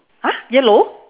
!huh! yellow